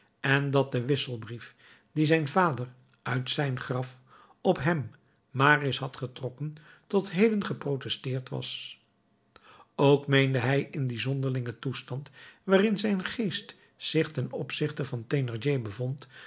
en dat de wisselbrief dien zijn vader uit zijn graf op hem marius had getrokken tot heden geprotesteerd was ook meende hij in den zonderlingen toestand waarin zijn geest zich ten opzichte van thénardier bevond